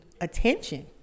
attention